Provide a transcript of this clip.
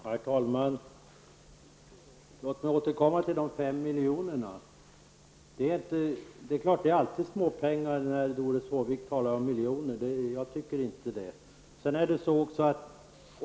Herr talman! Låt mig återkomma till de 5 miljonerna. Det är alltid småpengar när Doris Håvik talar om miljoner, men jag tycker inte att det är småpengar.